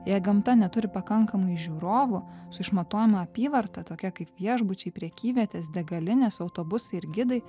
jei gamta neturi pakankamai žiūrovų su išmatuojama apyvarta tokia kaip viešbučiai prekyvietės degalinės autobusai ir gidai